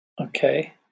Okay